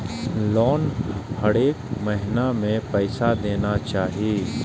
Loan हरेक महीना में पैसा देना चाहि?